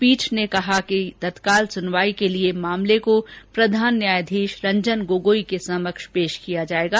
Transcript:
पीठ ने कहा था कि तत्काल सुनवाई के लिए मामले को प्रधान न्यायाधीश रंजन गोगोई के समक्ष पेश किया जायेगा